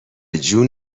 جون